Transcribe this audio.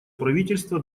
правительства